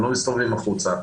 הם לא מסתובבים בחוץ.